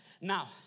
Now